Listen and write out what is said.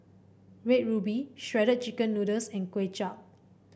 Red Ruby Shredded Chicken Noodles and Kway Chap